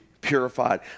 purified